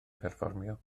perfformio